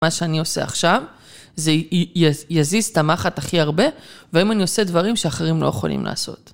מה שאני עושה עכשיו, זה יזיז את המחט הכי הרבה, ואם אני עושה דברים שאחרים לא יכולים לעשות.